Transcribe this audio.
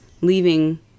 leaving